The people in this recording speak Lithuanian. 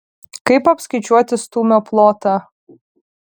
kaip apskaičiuoti stūmio plotą